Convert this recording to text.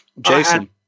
Jason